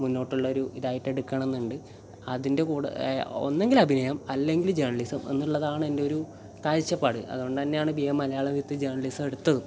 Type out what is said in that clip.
മുന്നോട്ടുള്ള ഒരു ഇതായിട്ട് എടുക്കണം എന്നുണ്ട് അതിൻ്റെ കൂടെ ഒന്നുങ്കിൽ അഭിനയം അല്ലെങ്കിൽ ജേർണലിസം എന്നുള്ളതാണ് എൻ്റെ ഒരു കാഴ്ചപ്പാട് അതുകൊണ്ട് തന്നെയാണ് B A Malayalam with journalism എടുത്തതും